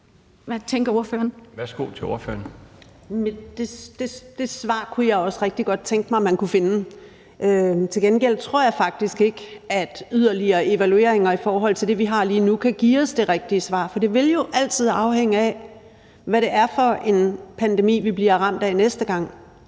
Kl. 15:56 Kirsten Normann Andersen (SF): Det svar kunne jeg også rigtig godt tænke mig at man kunne finde frem til. Til gengæld tror jeg faktisk ikke, at yderligere evalueringer ud over det, vi har lige nu, kan give os det rigtige svar, for det vil jo altid afhænge af, hvad det er for en pandemi, vi bliver ramt af næste gang.